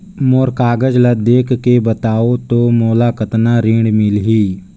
मोर कागज ला देखके बताव तो मोला कतना ऋण मिलही?